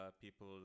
people